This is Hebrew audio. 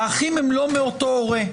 האחים הם לא מאותו הורה.